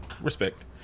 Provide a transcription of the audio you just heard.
respect